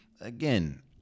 Again